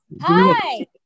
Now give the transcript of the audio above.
Hi